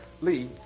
Lee